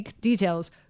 details